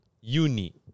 Uni